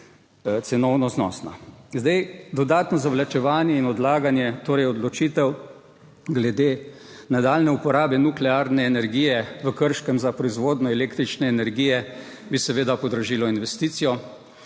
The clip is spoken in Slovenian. cenovno znosna. Zdaj dodatno zavlačevanje in odlaganje, torej odločitev glede nadaljnje uporabe nuklearne energije v Krškem za proizvodnjo električne energije bi seveda podražilo investicijo,